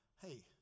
hey